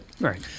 Right